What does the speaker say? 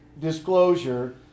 disclosure